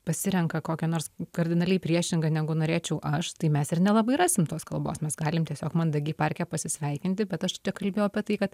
pasirenka kokią nors kardinaliai priešingą negu norėčiau aš tai mes ir nelabai rasim tos kalbos mes galim tiesiog mandagiai parke pasisveikinti bet aš čia kalbėjau apie tai kad